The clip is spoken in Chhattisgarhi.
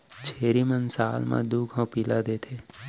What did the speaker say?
छेरी मन साल म दू घौं पिला देथे